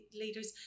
leaders